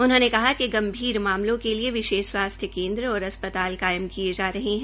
उन्होंने कहा कि गंभीर मामलों के लिए विशेष स्वास्थ्य केन्द्र और अस्पताल कायम किये जा रहे है